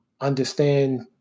understand